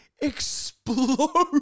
explode